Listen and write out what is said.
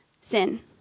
sin